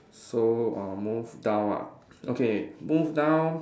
so uh move down ah okay move down